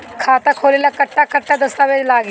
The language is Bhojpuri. खाता खोले ला कट्ठा कट्ठा दस्तावेज चाहीं?